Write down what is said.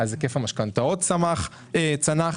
מיד היקף המשכנתאות צנח